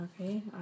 Okay